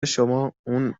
شما، اون